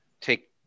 take